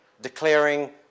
declaring